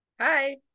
Hi